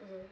mmhmm